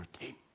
team